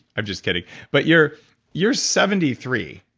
i'm just kidding. but you're you're seventy three,